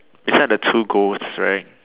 beside the two ghosts right